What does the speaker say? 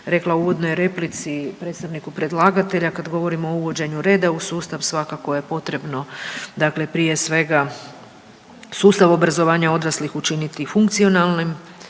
rekla u uvodnoj replici predstavniku predlagatelja kad govorimo o uvođenju reda u sustav svakako je potrebno prije svega sustav obrazovanja odraslih učiniti funkcionalnim,